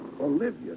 Olivia